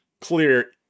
clear